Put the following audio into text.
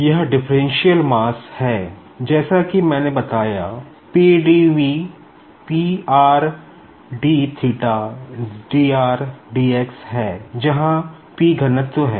यह differential mass है जैसा कि मैंने बताया है है जहां घनत्व है